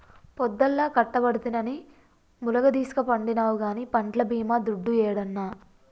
పొద్దల్లా కట్టబడితినని ములగదీస్కపండినావు గానీ పంట్ల బీమా దుడ్డు యేడన్నా